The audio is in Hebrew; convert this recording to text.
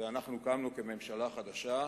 ואנחנו קמנו כממשלה חדשה,